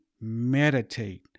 meditate